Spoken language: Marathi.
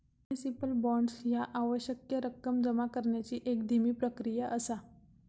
म्युनिसिपल बॉण्ड्स ह्या आवश्यक रक्कम जमा करण्याची एक धीमी प्रक्रिया असा